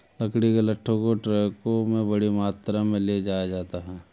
लकड़ी के लट्ठों को ट्रकों में बड़ी मात्रा में ले जाया जाता है